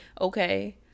okay